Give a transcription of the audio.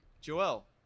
Joel